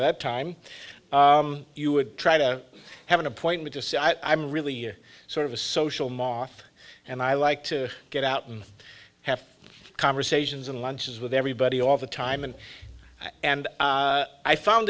that time you would try to have an appointment to say i'm really sort of a social mom and i like to get out and have conversations and lunches with everybody all the time and and i found